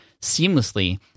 seamlessly